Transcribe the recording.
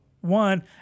one